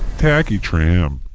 tacky trim.